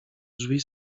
drzwi